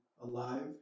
alive